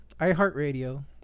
iHeartRadio